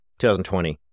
2020